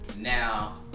Now